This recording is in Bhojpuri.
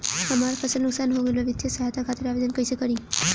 हमार फसल नुकसान हो गईल बा वित्तिय सहायता खातिर आवेदन कइसे करी?